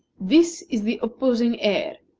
this is the opposing heir,